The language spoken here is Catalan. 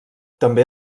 també